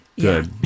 Good